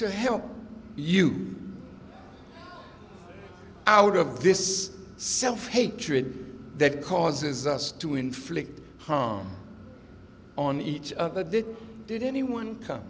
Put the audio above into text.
to help you out of this self hatred that causes us to inflict harm on each other did did anyone